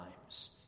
times